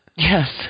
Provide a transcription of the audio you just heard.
Yes